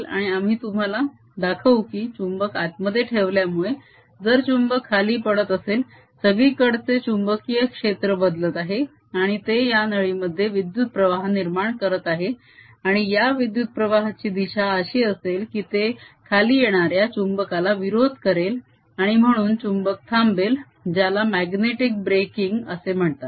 आणि आम्ही तुम्हाला दाखवू की चुंबक आतमध्ये ठेवल्यामुळे जर चुंबक खाली पडत असेल सगळीकडचे चुंबकीय क्षेत्र बदलत आहे आणि ते या नळीमध्ये विद्युत प्रवाह निर्माण करत आहे आणि या विद्युत प्रवाहाची दिशा अशी असेल की ते खाली येणाऱ्या चुंबकाला विरोध करेल आणि म्हणून चुंबक थांबेल ज्याला म्याग्नेटीक ब्रेकिंग असे म्हणतात